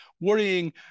worrying